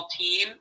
team